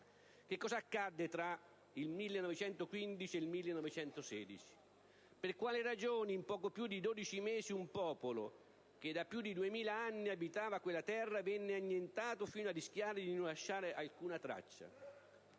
Che cosa accadde tra il 1915 ed il 1916? Per quale ragione in poco più di 12 mesi un popolo che da più di 2000 anni abitava quella terra venne annientato fino a rischiare di non lasciare alcuna traccia